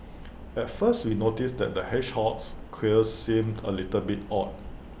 at first we noticed the hedgehog's quills seemed A little bit odd